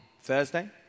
Thursday